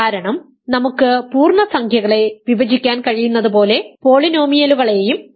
കാരണം നമുക്ക് പൂർണ്ണസംഖ്യകളെ വിഭജിക്കാൻ കഴിയുന്നതുപോലെ പോളിനോമിയലുകളെയും വിഭജിക്കാം